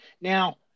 now